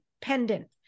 pendant